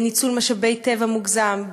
בניצול משאבי טבע מוגזם,